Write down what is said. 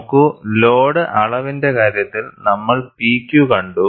നോക്കൂ ലോഡ് അളവിന്റെ കാര്യത്തിൽ നമ്മൾ PQ കണ്ടു